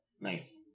Nice